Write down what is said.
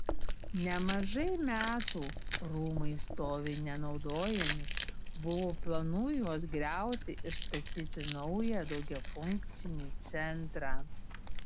nemažai metų rūmai stovi nenaudojami buvo planų juos griauti ir statyti naują daugiafunkcį centrą